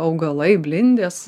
augalai blindės